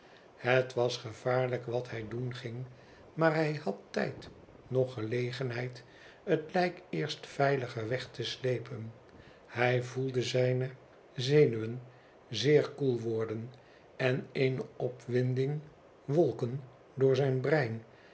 het was gevaarlijk wat hij doen ging maar hij had tijd noch gelegenheid het lijk eerst veiliger weg te slepen hij voelde zijne zenuwen zeer koel worden en eene opwinding wolken door zijn brein